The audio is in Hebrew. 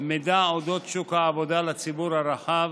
מידע על אודות שוק העבודה לציבור הרחב,